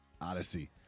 Odyssey